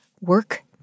Work